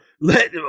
Let